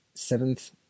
seventh